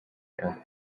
and